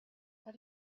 how